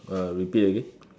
uh repeat again